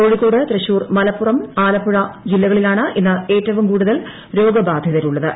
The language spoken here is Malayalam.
കോഴിക്കോട് തൃശൂർ മലപ്പുറം ആലപ്പുഴ ജില്ലകളിലാണ് ഇന്ന് ഏറ്റവും കൂടുതൽ രോഗബാധിതരുള്ളത്